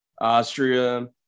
Austria